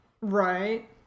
Right